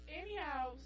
anyhow